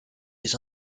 des